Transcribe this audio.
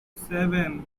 seven